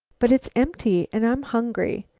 but it's empty, and i'm hungry.